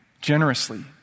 generously